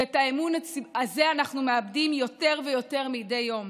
ואת האמון הזה אנחנו מאבדים יותר ויותר מדי יום